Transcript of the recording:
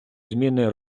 зміни